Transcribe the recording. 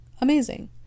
amazing